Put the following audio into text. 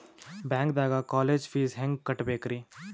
ಬ್ಯಾಂಕ್ದಾಗ college fees ಹೆಂಗ್ ಕಟ್ಟ್ಬೇಕ್ರಿ?